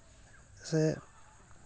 ᱥᱮ